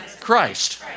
Christ